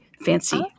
Fancy